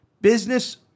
Business